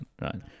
right